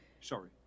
Sorry